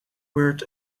word